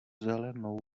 zelenou